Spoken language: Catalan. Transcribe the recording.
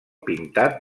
pintat